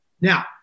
Now